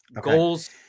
goals